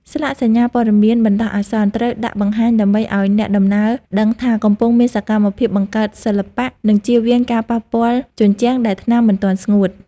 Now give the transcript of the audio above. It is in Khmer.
ស្លាកសញ្ញាព័ត៌មានបណ្ដោះអាសន្ន ត្រូវដាក់បង្ហាញដើម្បីឱ្យអ្នកដំណើរដឹងថា កំពុងមានសកម្មភាពបង្កើតសិល្បៈ និងជៀសវាងការប៉ះពាល់ជញ្ជាំងដែលថ្នាំមិនទាន់ស្ងួត។